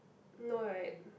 no right